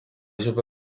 chupe